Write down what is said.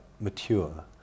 mature